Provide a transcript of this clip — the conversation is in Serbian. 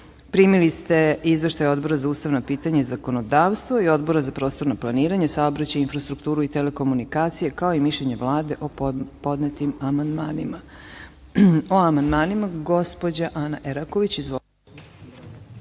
Rakić. Primili ste izveštaje Odbora za ustavna pitanja i zakonodavstvo i Odbora za prostorno planiranje, saobraćaj, infrastrukturu i telekomunikacije, kao i mišljenje Vlade u podnetim amandmanima. Po amandmanu, dr Dragana Rakić. Izvolite.